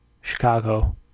Chicago